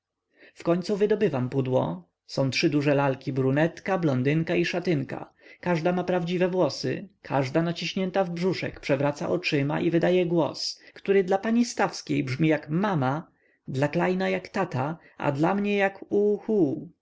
w pani stawskiej wkońcu wydobywam pudło są trzy duże lalki brunetka blondynka i szatynka każda ma prawdziwe włosy każda naciśnięta w brzuszek przewraca oczyma i wydaje głos który dla pani stawskiej brzmi jak mama dla klejna jak tata a dla mnie jak u-hu